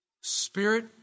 Spirit